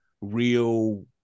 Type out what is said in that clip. real